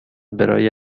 برای